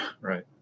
right